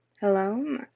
Hello